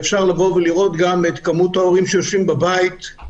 ומצד שני גם את מספר ההורים שיושבים בבית,